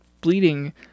bleeding